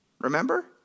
Remember